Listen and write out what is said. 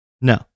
No